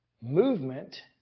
movement